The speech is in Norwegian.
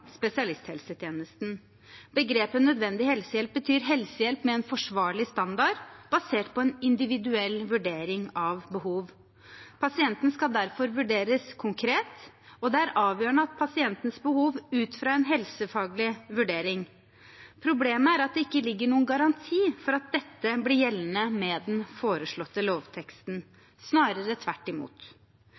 spesialisthelsetjenesten. Begrepet «nødvendig helsehjelp» betyr helsehjelp med en forsvarlig standard, basert på en individuell vurdering av behov. Pasienten skal derfor vurderes konkret, og det avgjørende er pasientens behov ut fra en helsefaglig vurdering. Problemet er at det ikke ligger noen garanti for at dette blir gjeldende med den foreslåtte lovteksten – snarere tvert imot.